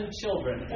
children